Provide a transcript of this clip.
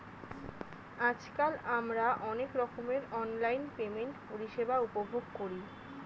আজকাল আমরা অনেক রকমের অনলাইন পেমেন্ট পরিষেবা উপভোগ করি